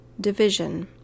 Division